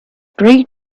great